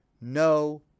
no